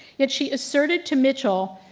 yet she asserted to mitchell